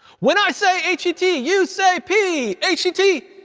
when i say h t t, you say p! h t t,